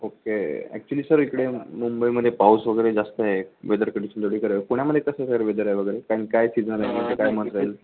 okay actually sir इकडे मुंबईमध्ये पाऊस वगैरे जास्त आहे वेदर कंडिशन थोडी करा पुण्यामध्ये कसं सर वेदर आहे वगैरे कारण काय सीझन आहे तुमचं काय मत आहे